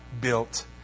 built